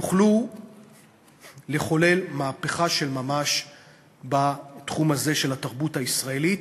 יוכל לחולל מהפכה של ממש בתחום הזה של התרבות הישראלית,